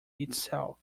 itself